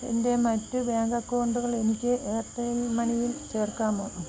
എൻ്റെ മറ്റ് ബാങ്ക് അക്കൗണ്ടുകൾ എനിക്ക് എയർടെൽ മണിയിൽ ചേർക്കാമോ